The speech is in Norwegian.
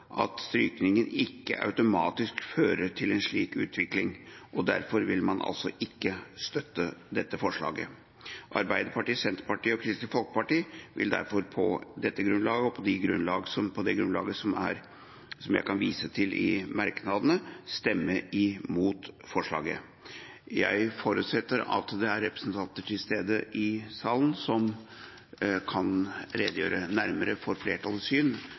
at strykninger ikke automatisk fører til en slik utvikling, og derfor vil man altså ikke støtte dette forslaget. Arbeiderpartiet, Senterpartiet og Kristelig Folkeparti vil derfor på dette grunnlag, og på det grunnlaget som jeg kan vise til i merknadene, stemme imot forslaget. Jeg forutsetter at det er representanter til stede i salen som kan redegjøre nærmere for flertallets syn,